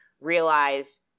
realize